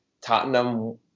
Tottenham